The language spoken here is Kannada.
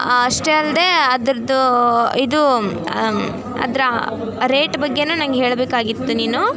ಅಷ್ಟೇ ಅಲ್ಲದೇ ಅದರದ್ದು ಇದು ಅದರ ರೇಟ್ ಬಗ್ಗೆಯೂ ನನಗ್ ಹೇಳಬೇಕಾಗಿತ್ತು ನೀನು